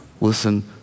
listen